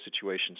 situations